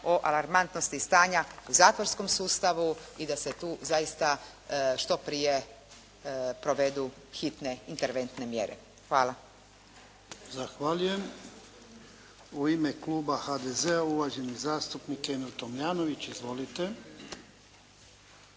o alarmantnosti stanja u zatvorskom sustavu i da se tu zaista što prije provedu hitne interventne mjere. Hvala. **Jarnjak, Ivan (HDZ)** Zahvaljujem. U ime kluba HDZ-a, uvaženi zastupnik Emil Tomljanović. Izvolite.